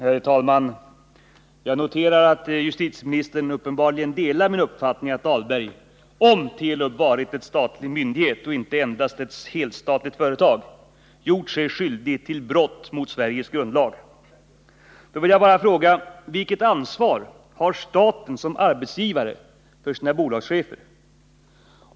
Herr talman! Jag noterar att justitieministern uppenbarligen delar min uppfattning att Dahlberg, om Telub hade varit en statlig myndighet och inte endast ett helstatligt företag, gjort sig skyldig till brott mot Sveriges grundlag. Då vill jag bara fråga: Vilket ansvar har staten som arbetsgivare för sina bolagschefer?